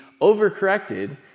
overcorrected